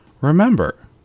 Remember